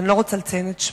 אני לא רוצה לציין את שמו,